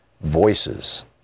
VOICES